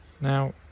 Now